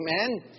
Amen